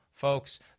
folks